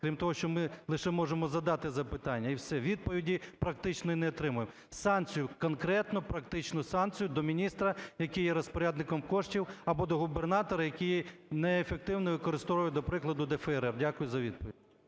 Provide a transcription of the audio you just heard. крім того, що ми лише можемо задати запитання і все, відповіді практично і не отримуємо? Санкцію, конкретну, практичну санкцію до міністра, який є розпорядником коштів або до губернатора, який неефективно використовує, до прикладу, ДФРР. Дякую за відповідь.